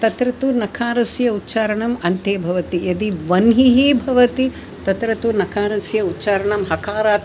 तत्र तु नकारस्य उच्चारणम् अन्ते भवति यदि वह्निः भवति तत्र तु नकारस्य उच्चारणं हकारात्